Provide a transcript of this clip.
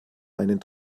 einen